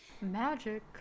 Magic